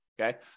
Okay